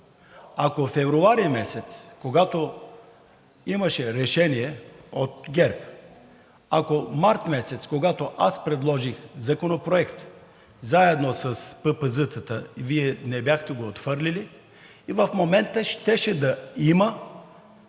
Ако февруари месец, когато имаше решение от ГЕРБ, ако март месец, когато аз предложих Законопроект, заедно с ПП Вие не бяхте го отхвърлили, в момента щеше да има